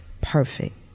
perfect